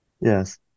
Yes